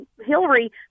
Hillary